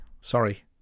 sorry